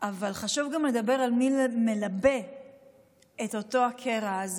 אבל חשוב גם על לדבר על מי שמלבה את הקרע הזה.